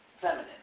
Feminine